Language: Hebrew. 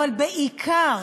אבל בעיקר,